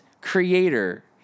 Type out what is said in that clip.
creator